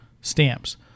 stamps